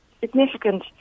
significant